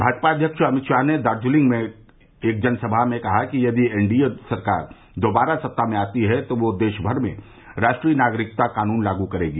भाजपा अध्यक्ष अमित शाह ने दार्जिलिंग में एक जनसभा में कहा कि यदि एनडीए सरकार दोबारा सत्ता में आती है तो वह देशभर में राष्ट्रीय नागरिकता कानून लागू करेगी